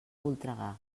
voltregà